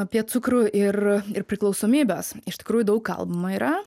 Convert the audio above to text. apie cukrų ir ir priklausomybes iš tikrųjų daug kalbama yra